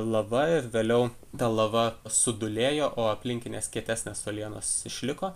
lava ir vėliau ta lava sudūlėjo o aplinkinės kietesnės uolienos išliko